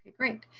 great.